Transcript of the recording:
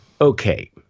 Okay